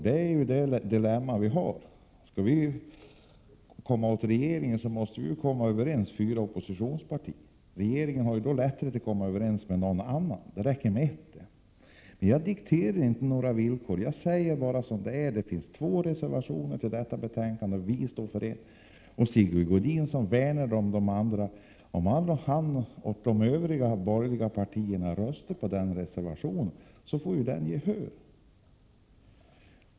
Vi är i det dilemmat att de fyra oppositionspartierna måste agera gemensamt för att kunna gå emot regeringen. Regeringen har å sin sida ett gynnsammare läge, eftersom det för den räcker att komma överens med ett av partierna. Jag dikterar inte några villkor, utan jag säger bara som det är: Det finns två reservationer vid detta betänkande, av vilka vi står för en. Om Sigge Godin, som värnar om de andra reservanterna, och de övriga borgerliga röstar för den senare reservationen, vinner den bifall.